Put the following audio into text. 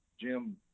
Jim